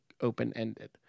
open-ended